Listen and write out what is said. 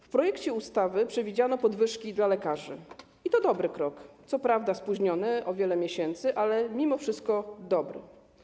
W projekcie ustawy przewidziano podwyżki dla lekarzy, i to jest dobry krok, co prawda spóźniony o wiele miesięcy, ale mimo wszystko dobry.